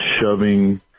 shoving